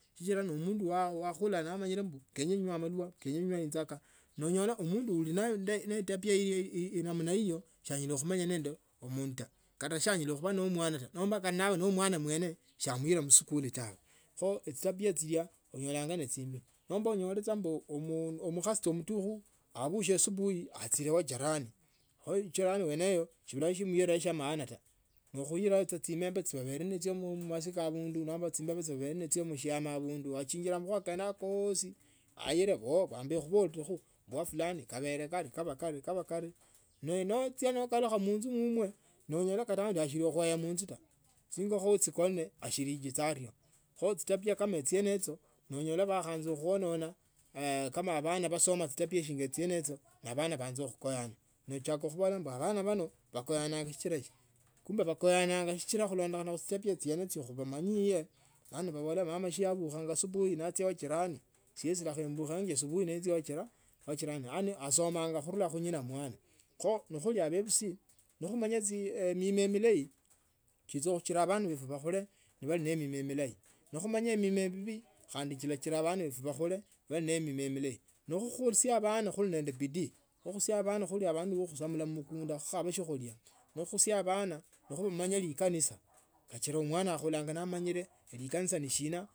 Sichila ne mundu wa khula namanyanya kenya enyewe malwa kenya enywe injaka nonyola enywe malwa kenya enywe injaka nonyola enywe omundu uli naye etabia enamna hiyo sasa anyola khumenya na omundu taa kata sa anyala khuba na omwama taa nomba naba ne omwana mwene saa amwila musikuli tawe khoi chitabia chila onyolanga ne chimbi nomba onyole mbu omukhasi cha omutukhu abushire asubuhi achine wajirani kho achibe bweneyo abula shimwireo shya maana taa nekhuilao saa chimende chyo masika abundu nomba chimbebe chya obele machyo mchama abundu wachina le makhuwa kene akosi aile ooh babule kubolokha wafulani kabele kario kaba kario ne nochia nokalugha munzu munzu mumwe nonyola kata aundi asili kinueya munzu ta chingokho achi kone ashilingi saa ario kho echitabia shinga shire echo no onyol baakhaanaza khuononia abana basoma chitabia shinga. Chiene icho naabana baanza khukoyana nochaka khubola mbu abana bano bakoyachanga sichila sina sina kumbe bakoyananga sichila khulondukhana ne chitabia chafu umanyie bana babola mama siyabukhango asubuhi naachia wajirani siesi khandi lekha etukhenge asubuhi nenjia wa jiranj yaani asomanga khunula khunina kho nekhuli bebusi nekhumanya mima milayi chicha kukhola bana befu bakhule nebi ne mima mimayi nekhumanya mima mibi. Khandi kilachira bana betu babe ne mioz milayi nekhuosia bana ne khuli nende bandu ba khusamula mmukunda nekhukhaba siokhulia ne khukhusia abana nabemanya likanisa kachiranga mwana akhulanga nmenyile likanisa nishina.